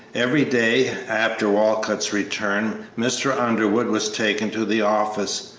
every day after walcott's return mr. underwood was taken to the office,